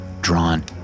drawn